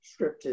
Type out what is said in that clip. scripted